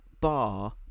bar